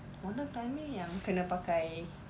mountain climbing yang kena pakai